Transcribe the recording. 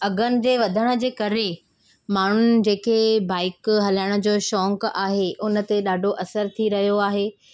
अघनि जे वधण जे करे माण्हुनि जेके बाइक हलाइण जो शौक़ु आहे उन ते ॾाढो असरु थी रहियो आहे